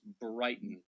Brighton